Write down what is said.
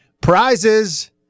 Prizes